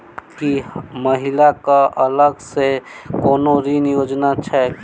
की महिला कऽ अलग सँ कोनो ऋण योजना छैक?